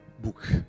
book